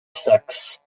saxe